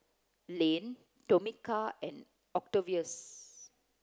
Lane Tomika and Octavius